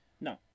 No